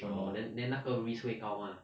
orh then then 那个 risk 会高 mah